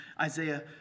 Isaiah